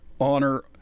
honor